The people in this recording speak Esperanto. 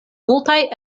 multaj